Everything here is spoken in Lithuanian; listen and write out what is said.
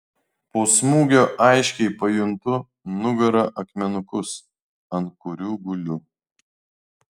po smūgio aiškiai pajuntu nugara akmenukus ant kurių guliu